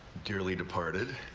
dearly departed.